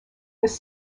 this